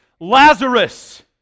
Lazarus